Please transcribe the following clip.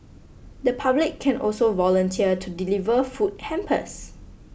the public can also volunteer to deliver food hampers